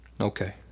Okay